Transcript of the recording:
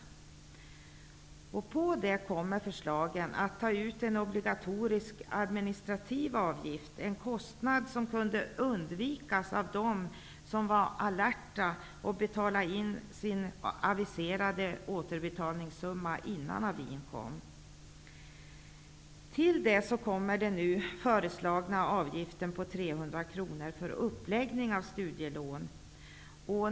Därutöver kommer förslagen om att man skall ta ut en obligatorisk administrativ avgift. Men det är en kostnad som de kunnat undvika som varit alerta och betalat in sin aviserade återbetalningssumma innan avin kom. Till detta kommer den nu föreslagna avgiften om 300 kronor för uppläggning av studielån.